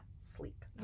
sleep